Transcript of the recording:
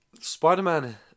Spider-Man